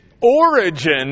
origin